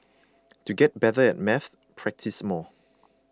to get better at maths practise more